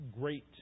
great